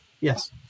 Yes